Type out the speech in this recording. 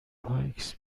پایکس